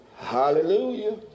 Hallelujah